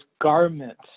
garment